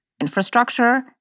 infrastructure